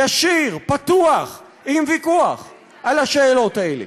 ישיר, פתוח, עם ויכוח, על השאלות האלה?